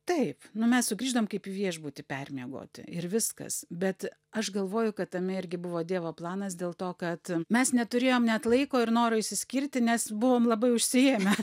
taip nu mes sugrįždavom kaip į viešbuty permiegoti ir viskas bet aš galvoju kad tame irgi buvo dievo planas dėl to kad mes neturėjom net laiko ir noro išsiskirti nes buvom labai užsiėmę